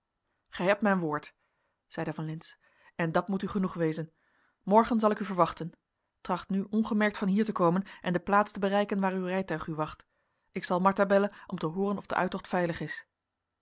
gij hebt mijn woord zeide van lintz en dat moet u genoeg wezen morgen zal ik u verwachten tracht nu ongemerkt van hier te komen en de plaats te bereiken waar uw rijtuig u wacht ik zal martha bellen om te hooren of de uittocht veilig is